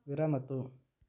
विरमतु